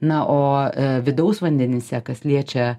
na o vidaus vandenyse kas liečia